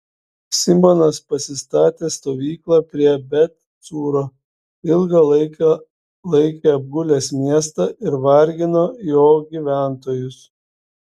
simonas pasistatė stovyklą prie bet cūro ilgą laiką laikė apgulęs miestą ir vargino jo gyventojus